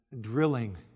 drilling